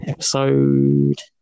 Episode